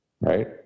Right